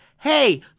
hey